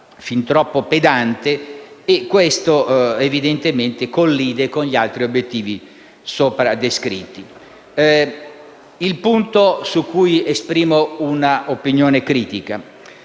Il punto su cui esprimo un'opinione critica